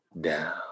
down